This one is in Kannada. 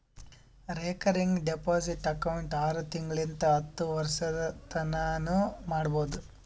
ರೇಕರಿಂಗ್ ಡೆಪೋಸಿಟ್ ಅಕೌಂಟ್ ಆರು ತಿಂಗಳಿಂತ್ ಹತ್ತು ವರ್ಷತನಾನೂ ಮಾಡ್ಬೋದು